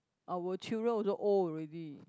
our children also old already